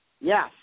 yes